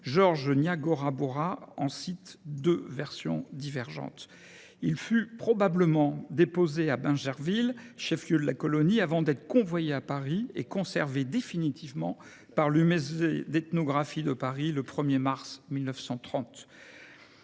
Georges Niagora-Boura en cite deux versions divergentes. Il fut probablement déposé à Bains-Gerville, chef-lieu de la colonie, avant d'être convoyé à Paris et conservé définitivement par l'Humaisée d'ethnographie de Paris le 1er mars 1930.